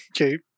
okay